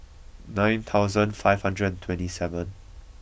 nine thousand five hundred and twenty seven